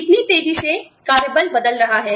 कितनी तेजी से कार्य बल बदल रहा है